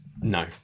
No